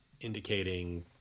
indicating